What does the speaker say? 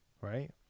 right